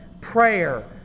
prayer